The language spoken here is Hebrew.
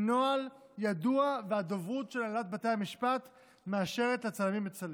זה נוהל ידוע והדוברות של הנהלת בתי המשפט מאשרת לצלמים לצלם.